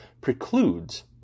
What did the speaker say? precludes